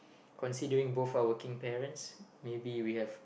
considering both are working parents maybe we have